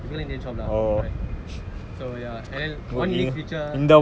typical indian shop lah correct so ya and one unique feature